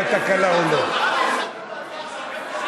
אתה עושה עוד הצבעה או לא?